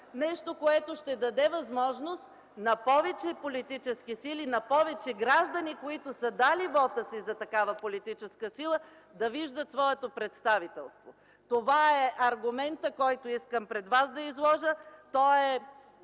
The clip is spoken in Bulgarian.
Нещо, което ще даде възможност на повече политически сили, на повече граждани, които са дали вота си за такава политическа сила, да виждат своето представителство. Това е аргументът, който искам да изложа